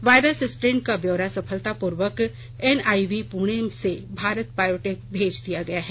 virus strain का ब्यौरा सफलतापूर्वक एनआईवी पुणे से भारत बायोटेक भेज दिया गया है